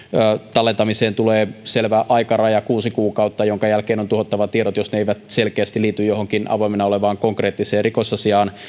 tallentamiseen tulee selvä aikaraja kuusi kuukautta minkä jälkeen on tuhottava tiedot jos ne eivät selkeästi liity johonkin avoimena olevaan konkreettiseen rikosasiaan